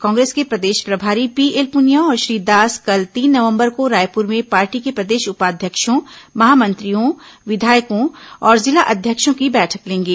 कांग्रेस के प्रदेश प्रभारी पीएल पुनिया और श्री दास कल तीन नवंबर को रायपुर में पार्टी के प्रदेश उपाध्यक्षों महामंत्रियों विधायकों और जिला अध्यक्षों की बैठक लेंगे